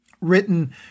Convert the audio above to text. written